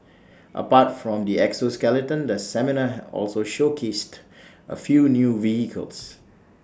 apart from the exoskeleton the seminar also showcased A few new vehicles